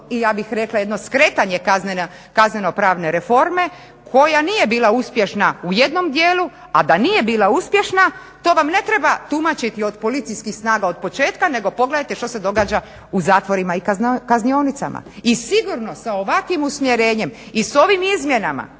i ja bih rekla jedno skretanje kazneno-pravne reforme koja nije bila uspješna u jednom dijelu. A da nije bila uspješna to vam ne treba tumačiti od policijskih snaga od početka nego pogledajte što se događa u zatvorima i kaznionicama. I sigurno sa ovakvim usmjerenjem i s ovim izmjenama